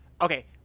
Okay